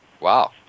Wow